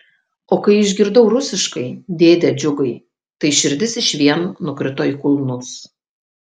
o kai išgirdau rusiškai dėde džiugai tai širdis išvien nukrito į kulnus